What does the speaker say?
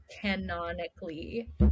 Canonically